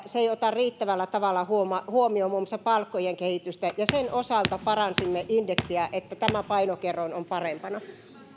se ei ota riittävällä tavalla huomioon muun muassa palkkojen kehitystä sen osalta paransimme indeksiä niin että tämä painokerroin on parempi